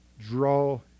draw